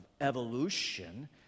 evolution